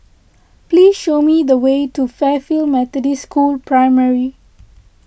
please show me the way to Fairfield Methodist School Primary